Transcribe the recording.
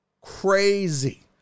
crazy